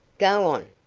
go on.